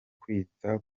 kwita